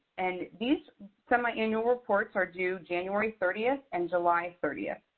and these semi-annual reports are due january thirtieth and july thirtieth.